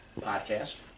Podcast